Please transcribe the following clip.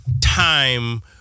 time